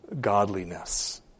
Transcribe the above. godliness